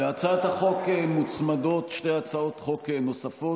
להצעת החוק מוצמדות שתי הצעות חוק נוספות.